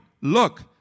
Look